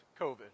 COVID